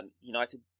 United